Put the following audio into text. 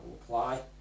apply